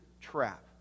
trap